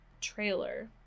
trailer